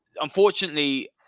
Unfortunately